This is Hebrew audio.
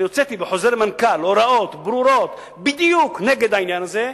אני הוצאתי בחוזר מנכ"ל הוראות ברורות בדיוק נגד העניין הזה,